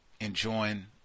enjoying